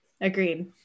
Agreed